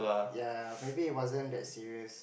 ya maybe it wasn't that serious